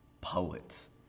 poets